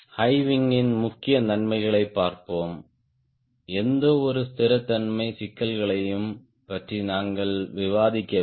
high wing முக்கிய நன்மைகளைப் பார்ப்போம் எந்தவொரு ஸ்திரத்தன்மை சிக்கல்களையும் பற்றி நாங்கள் விவாதிக்கவில்லை